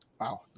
wow